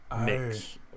mix